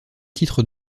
titre